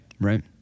right